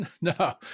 No